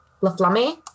Laflamme